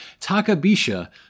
takabisha